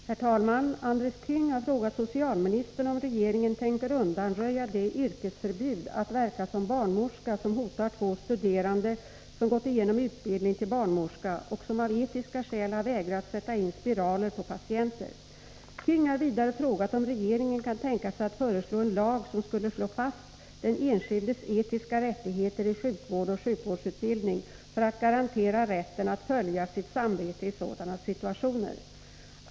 Herr talman! Andres Käng har frågat socialministern om regeringen tänker undanröja det yrkesförbud att verka som barnmorska som hotar två studerande som gått igenom utbildning till barnmorska och som av etiska skäl har vägrat sätta in spiraler på patienter. Käng har vidare frågat om regeringen kan tänka sig att föreslå en lag som skulle slå fast den enskildes etiska rättigheter i sjukvård och sjukvårdsutbildning, för att garantera vederbörande rätten att följa sitt samvete i sådana situationer.